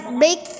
big